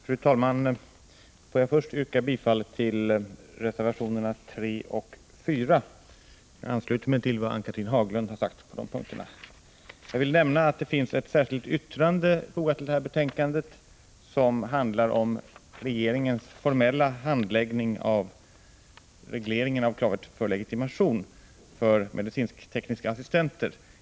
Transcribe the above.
Fru talman! Jag vill först yrka bifall till reservationerna 3 och 4. Jag ansluter mig till vad Ann-Cathrine Haglund har sagt på dessa punkter. Jag vill nämna att det till detta betänkande finns fogat ett särskilt yttrande, som handlar om regeringens formella handläggning av regleringen av legitimation för medicinsk-tekniska assistenter.